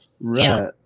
Right